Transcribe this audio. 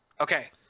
Okay